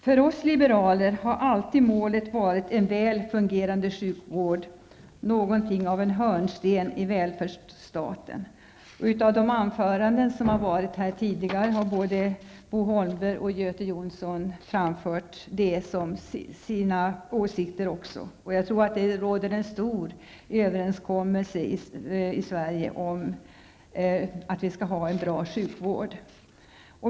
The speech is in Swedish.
För oss liberaler har målet alltid varit en väl fungerande sjukvård -- något av en hörnsten i välfärdsstaten. Både Göte Jonsson och Bo Holmberg har framfört detta som sina åsikter. Jag tror att det i Sverige råder en stor enighet om att vi skall ha en bra sjukvård.